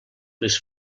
les